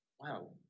wow